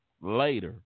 later